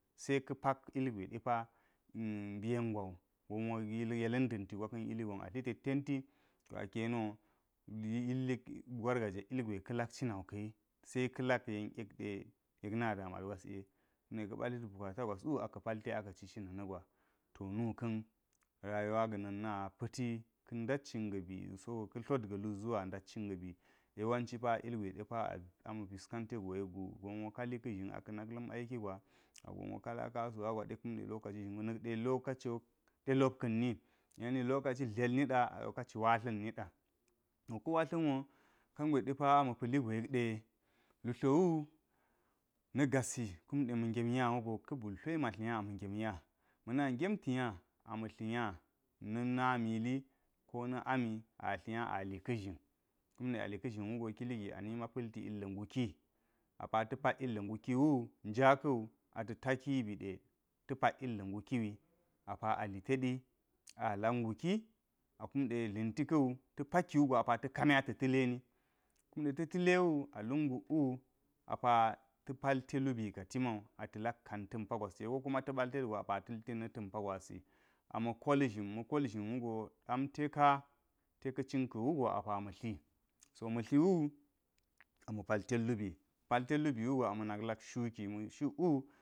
Se ka pak ilgwe depa mbi yen wu gon wo yela̱n da̱nti gwa ka̱n iligon atlitattenti to aka̱ yeni wo wargazek ilgwe ka̱ lak cinau ka̱yi se ka̱ lak yen yek ɗe yek na damans gwas ye kume ka batlit bukata gwas wu aka̱ palte aka̱ cicina na̱ gwa, to nuka̱n rayuwa ga̱na̱n na pa̱ti ka ndat cin ga̱ bu, sogo ka̱ tlot ga̱llu zuwa ndat cin ga̱ bi yen wanci pa ilgwe de ama̱ piskante go yek gu gon wo kali ka̱ xhin akanak la̱m aiki gwa a ganwo ka la kasu we gwa de kumde lokaci, na̱k de lokaciwo ɗelop ka̱nni ani lokaci dlel niɗe a lokaci watla̱n nida. To ka̱ watla̱nwo kangwe depa a ma̱ pa̱li go yek ɗe lu tlowo na̱ gasi kumɗe ma̱ ngem nya wu go ka̱ bultle ma tlinya ama̱ gigem nya, ma̱ na ngem ta̱ nya na̱ na mili ko na ami atlinya ali ka̱ ka̱ zhin kumɗe ali ka̱ zhin wugo kali gi anima pa̱lti ilgạ nguki aapa ta̱ pak ilga̱ nguki wu jna ka̱wu ata̱ taki bide ta̱ pa̱k illa̱ nguki wi apa ali teɗa alak nguki a kumɗe dlenti ka̱wu ta̱ pakiwugo apa te̱ kami ata̱ ta̱ leni kume ta̱ ta̱le wu aluk nguk wu apa ta̱ pal te lubi ka timawu ate̱ lak kan ta̱mpa gwas te, ko kuma taba li tedgo ata̱ li ted na̱ ta̱moa gwasi ama kol zhin, ma kol zhin wugo da̱m teka teka̱ cin ka̱wu go apa ma̱ tli so ma̱ tliwu a ma̱ pakted lubi ma pal tet lubi wu ama̱ nak lak shiuki ma̱ shuk wu.